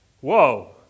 Whoa